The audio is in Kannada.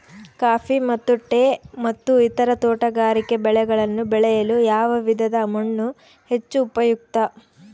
ಕಾಫಿ ಮತ್ತು ಟೇ ಮತ್ತು ಇತರ ತೋಟಗಾರಿಕೆ ಬೆಳೆಗಳನ್ನು ಬೆಳೆಯಲು ಯಾವ ವಿಧದ ಮಣ್ಣು ಹೆಚ್ಚು ಉಪಯುಕ್ತ?